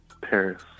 Paris